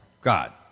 God